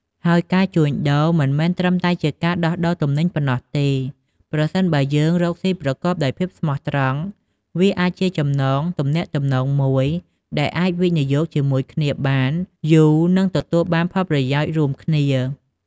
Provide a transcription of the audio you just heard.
ហើយការជួញដូរមិនមែនត្រឹមតែជាការដោះដូរទំនិញប៉ុណ្ណោះទេ ប្រសិនបើយើងរកស៊ីប្រកបដោយភាពស្មោះត្រង់ វាអាចជាចំណងទំនាក់ទំនងមួយដែលអាចវិនិយោគជាមួយគ្នាបានយូរនិងទទួលបានផលប្រយោជន៍រួមដូចគ្នា។